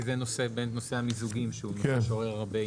כי זה באמת נושא המיזוגים שבאמת עורר הרבה עניין.